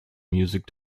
music